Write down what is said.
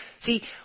See